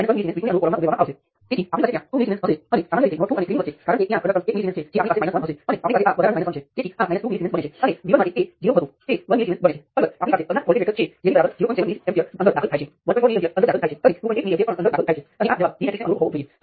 અને R23 માંથી I3 અને R13 વિરુદ્ધ દિશામાંથી પસાર થાય છે